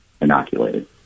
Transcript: inoculated